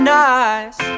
nice